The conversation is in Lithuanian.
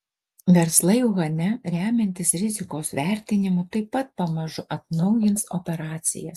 verslai uhane remiantis rizikos vertinimu taip pat pamažu atnaujins operacijas